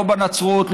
לא בנצרות,